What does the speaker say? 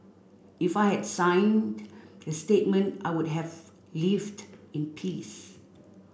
if I had signed the statement I would have lived in peace